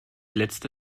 letzte